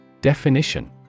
Definition